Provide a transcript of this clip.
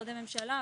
משרדי הממשלה,